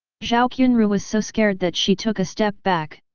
zhao qianru was so scared that she took a step back.